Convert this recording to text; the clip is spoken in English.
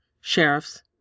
sheriffs